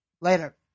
Later